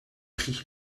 pris